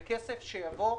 זה כסף שיבוא.